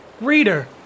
Reader